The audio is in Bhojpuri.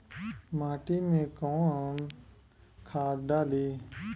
माटी में कोउन खाद डाली?